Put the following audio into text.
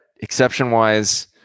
exception-wise